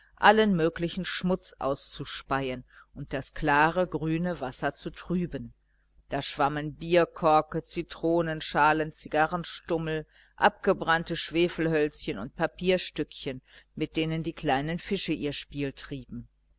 allen möglichen schmutz auszuspeien und das klare grüne wasser zu trüben da schwammen bierkorke zitronenschalen zigarrenstummel abgebrannte schwefelhölzchen und papierstückchen mit denen die kleinen fische ihr spiel trieben